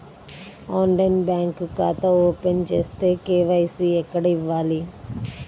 ఆన్లైన్లో బ్యాంకు ఖాతా ఓపెన్ చేస్తే, కే.వై.సి ఎక్కడ ఇవ్వాలి?